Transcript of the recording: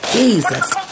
Jesus